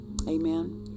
Amen